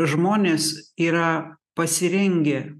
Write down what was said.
žmonės yra pasirengę